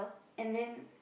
and then